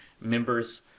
members